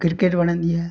cricket वणंदी आहे